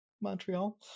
montreal